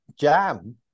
jam